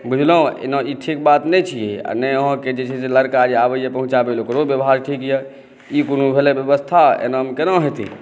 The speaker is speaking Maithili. बुझलहुँ एना ई ठीक बात नहि छियै नहि अहाँके जे छै से लड़का आबै यऽ पहुँचाबै लेल ओकरो व्यवहार ठीक यऽ ई कोनो भेलै व्यवस्था एनामे केना हेतै